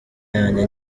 yanjye